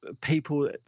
people